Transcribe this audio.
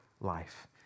life